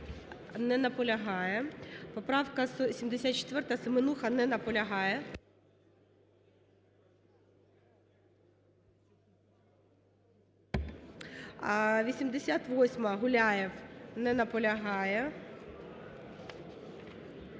Не наполягає. Поправка 74, Семенуха. Не наполягає. 88-а, Гуляєв. Не наполягає.